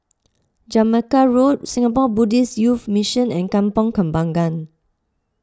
Jamaica Road Singapore Buddhist Youth Mission and Kampong Kembangan